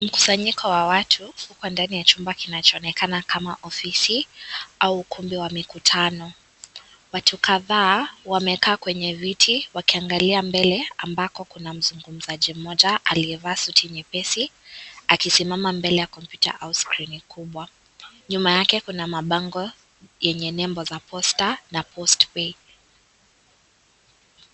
Mkusanyiko wa watu uko ndani ya chumba kinachoonekana kama ofisi au ukumbi wa mikutano. Watu kadhaa wamekaa kwenye viti wakiangalia mbele ambako kuna mzungumzaji mmoja aliyevaa suti nyepesi, akisimama mbele ya kompyuta au screen kubwa. Nyuma yake kuna mabango yenye nembo za posta na post pay .